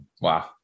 Wow